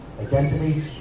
identity